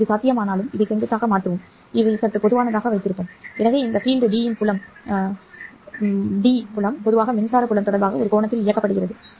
இது சாத்தியமானாலும் அதை செங்குத்தாக மாற்றுவோம் அதை சற்று பொதுவானதாக வைத்திருப்போம் எனவே இந்த fieldD புலம் பொதுவாக மின்சார புலம் தொடர்பாக ஒரு கோணத்தில் இயக்கப்படுகிறது சரி